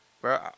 bro